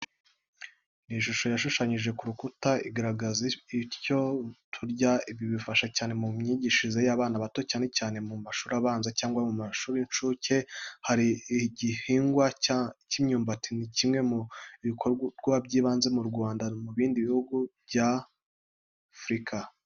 Ni shusho yashushanyije ku rukuta, igaragaza ibyo turya. Ibi bifasha cyane mu myigishirize y'abana bato cyane cyane mu mashuri abanza cyangwa mu mashuri y’inshuke. Hari igihingwa cya imyumbati ni kimwe mu biribwa by’ibanze mu Rwanda no mu bindi bihugu bya afurika.